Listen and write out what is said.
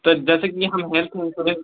तो जैसे कि हम हेल्थ इंसोरेंस